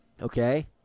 Okay